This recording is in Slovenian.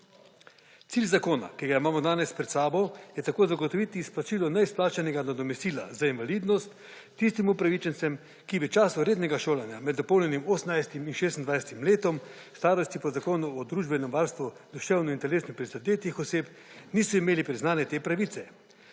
Cilj zakona, ki ga imamo danes pred sabo, je tako zagotoviti izplačilo neizplačanega nadomestila za invalidnost tistim upravičencem, ki v času rednega šolanja med dopolnjenim 18. in 26. letom starosti po Zakonu o družbenem varstvu duševno in telesno prizadetih oseb niso imeli priznane te pravice,